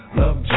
love